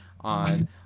on